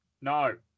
No